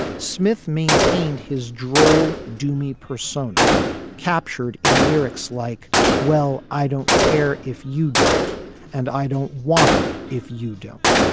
smith maintained his droll dummy persona captured in lyrics like well i don't care if you don't and i don't want it if you don't.